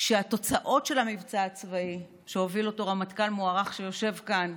שהתוצאות של המבצע הצבאי שהוביל רמטכ"ל מוערך שיושב כאן,